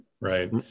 right